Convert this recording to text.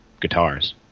guitars